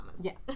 Yes